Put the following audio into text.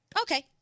Okay